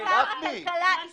אם אכן הוועדה תאשר את זה,